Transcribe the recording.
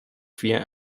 via